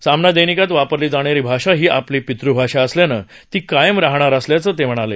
सामना दैनिकात वापरली जाणारी भाषा ही आपली पितृभाषा असल्यानं ती कायम राहणार असल्याचं ते म्हणाले